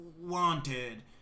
Wanted